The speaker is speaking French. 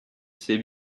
sais